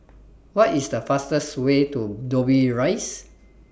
What IS The fastest Way to Dobbie Rise